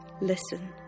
listen